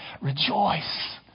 rejoice